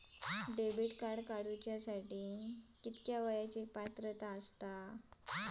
Debit card काढूसाठी किती वयाची पात्रता असतात?